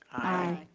i.